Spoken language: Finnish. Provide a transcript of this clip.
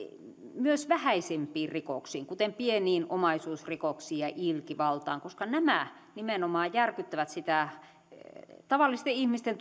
myös vähäisempiin rikoksiin kuten pieniin omaisuusrikoksiin ja ja ilkivaltaan koska nämä nimenomaan järkyttävät sitä tavallisten ihmisten